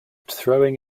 throwing